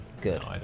Good